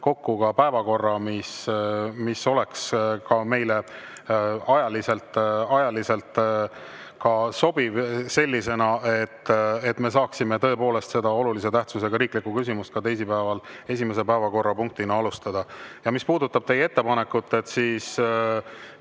kokku päevakorra, mis oleks meile ajaliselt sobiv sellisena, et me saaksime ka tõepoolest seda olulise tähtsusega riikliku küsimuse arutelu teisipäeval esimese päevakorrapunktina alustada. Mis puudutab teie ettepanekut, siis